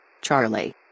Charlie